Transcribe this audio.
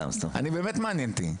זה באמת מעניין אותי.